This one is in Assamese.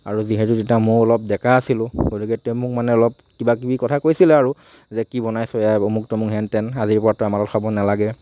আৰু যিহেতু তেতিয়া মইও অলপ ডেকা আছিলো গতিকে তেওঁ মোক মানে অলপ কিবা কিবি কথা কৈছিলে আৰু যে কি বনাইছ এয়া এইবোৰ অমুক তমুক হেন তেন আজিৰ পৰা তই আমাৰ লগত খাব নেলাগে